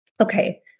Okay